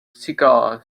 cigars